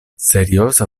serioza